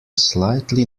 slightly